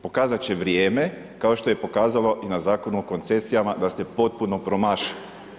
Pokazati će vrijeme, kao što je pokazalo i na Zakonu o koncesijama da ste potpuno promašili.